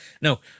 No